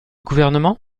gouvernement